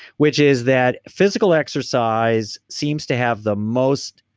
which is that physical exercise seems to have the most.